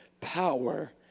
power